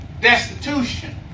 destitution